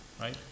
right